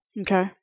Okay